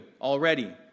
already